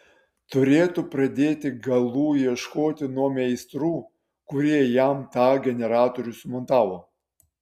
turėtų pradėti galų ieškoti nuo meistrų kurie jam tą generatorių sumontavo